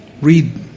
read